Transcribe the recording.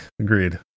agreed